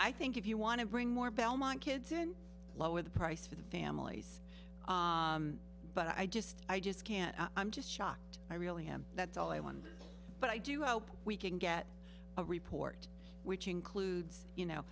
i think if you want to bring more belmont kids in lower the price for the families but i just i just can't i'm just shocked i really am that's all i want but i do hope we can get a report which includes you know